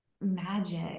magic